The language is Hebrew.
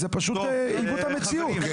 זה פשוט עיוות המציאות.